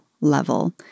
level